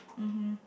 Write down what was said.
mmhmm